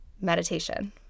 meditation